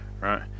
right